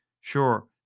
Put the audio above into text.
Sure